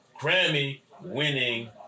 Grammy-winning